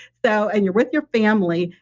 so and you're with your family,